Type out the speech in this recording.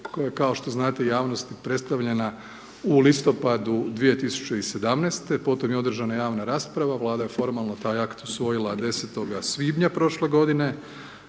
koja kao što znate javnosti predstavljena u listopadu 2017. potom je održana javna rasprava, Vlada je formalno taj akt usvojila 10. svibnja prošle godine,